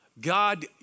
God